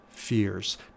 fears